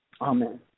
Amen